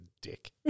dick